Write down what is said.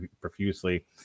profusely